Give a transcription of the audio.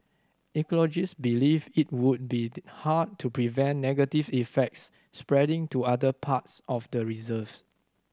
ecologists believe it would be hard to prevent negative effects spreading to other parts of the reserve